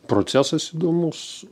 procesas įdomus